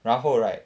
然后 right